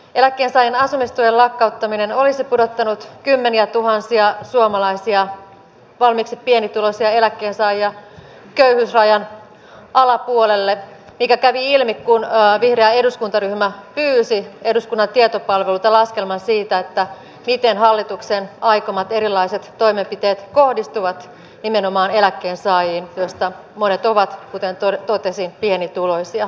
eläkkeensaajien asumistuen lakkauttaminen olisi pudottanut kymmeniätuhansia suomalaisia valmiiksi pienituloisia eläkkeensaajia köyhyysrajan alapuolelle mikä kävi ilmi kun vihreä eduskuntaryhmä pyysi eduskunnan tietopalvelulta laskelman siitä miten hallituksen aikomat erilaiset toimenpiteet kohdistuvat nimenomaan eläkkeensaajiin joista monet ovat kuten totesin pienituloisia